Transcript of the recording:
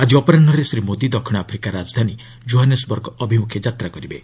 ଆଜି ଅପରାହ୍ରରେ ଶ୍ରୀ ମୋଦି ଦକ୍ଷିଣ ଆଫ୍ରିକା ରାଜଧାନୀ ଜୋହାନ୍ସବର୍ଗ ଅଭିମୁଖେ ଯାତ୍ରା କରିବେ